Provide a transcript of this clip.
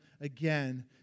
again